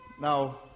now